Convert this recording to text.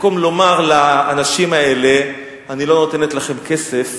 במקום לומר לאנשים האלה: אני לא נותנת לכם כסף,